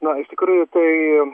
na iš tikrųjų tai